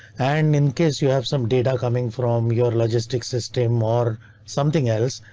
and in case you have some data coming from your logistic system or something else,